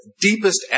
deepest